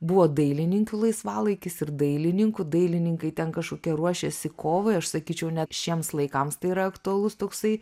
buvo dailininkių laisvalaikis ir dailininkų dailininkai ten kažkokie ruošiasi kovai aš sakyčiau net šiems laikams tai yra aktualus toksai